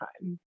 time